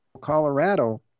Colorado